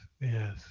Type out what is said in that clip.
yes